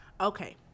Okay